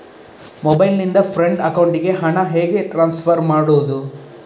Mobile ನಿಂದ friend ಅಕೌಂಟಿಗೆ ಹಣ ಹೇಗೆ ಟ್ರಾನ್ಸ್ಫರ್ ಮಾಡುವುದು?